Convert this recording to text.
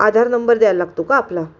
आधार number द्यायला लागतो का आपला